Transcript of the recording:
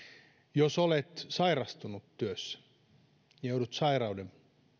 jos olet sairastunut työssä ja joudut sairauden